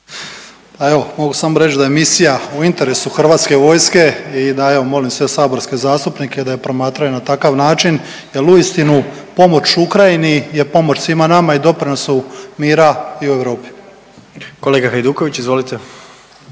evo, mogu samo reći da je misija u interesu Hrvatske vojske i da evo molim sve saborske zastupnike da je promatraju na takav način jer uistinu pomoć Ukrajini je pomoć svima nama i doprinosu mira i u Europi. **Jandroković, Gordan